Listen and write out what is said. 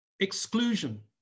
exclusion